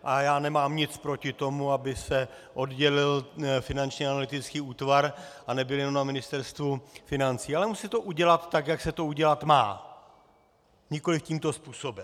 A já nemám nic proti tomu, aby se oddělil Finanční analytický útvar a nebyl jenom na Ministerstvu financí, ale musí se to udělat tak, jak se to udělat má, nikoliv tímto způsobem.